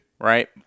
right